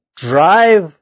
Drive